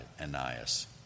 Ananias